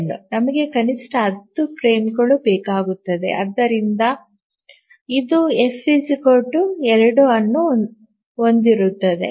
ನಮಗೆ ಕನಿಷ್ಠ 10 ಫ್ರೇಮ್ಗಳು ಬೇಕಾಗುತ್ತವೆ ಮತ್ತು ಆದ್ದರಿಂದ ಇದು ಎಫ್ 2 ಅನ್ನು ಹೊಂದಿರುತ್ತದೆ